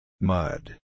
Mud